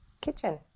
kitchen